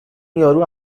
یارو